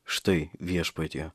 štai viešpatie